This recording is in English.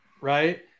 Right